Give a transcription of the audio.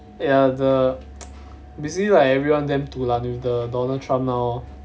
ya the basically like everyone damn dulan with the donald trump now lor